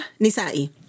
Nisa'i